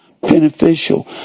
beneficial